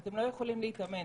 שהיא לא יכולה להתאמן.